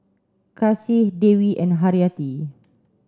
Kasih Dewi and Haryati